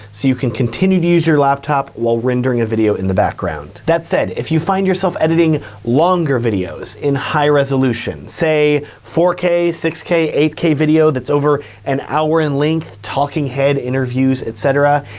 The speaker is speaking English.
so you can continue to use your laptop while rendering a video in the background. that said, if you find yourself editing longer videos in high resolution, say four k, six k, eight k video, that's over an hour in length, talking head interviews, et cetera.